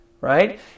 Right